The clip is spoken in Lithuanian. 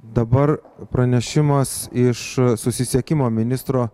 dabar pranešimas iš susisiekimo ministro